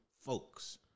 folks